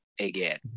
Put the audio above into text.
again